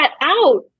out